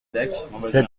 sept